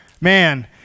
Man